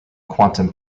quantum